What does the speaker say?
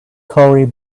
corey